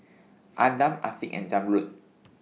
Adam Afiq and Zamrud